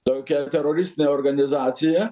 tokia teroristinė organizacija